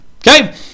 okay